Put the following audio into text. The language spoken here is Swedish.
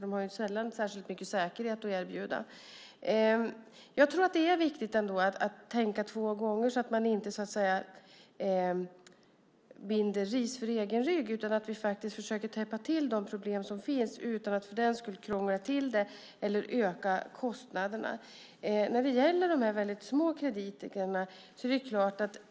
De har sällan särskilt mycket säkerhet att erbjuda. Det är viktigt att tänka två gånger så att man inte binder ris åt egen rygg. Vi måste försöka täppa till de problem som finns utan att för den skull krångla till det eller öka kostnaderna.